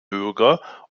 bürger